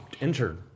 injured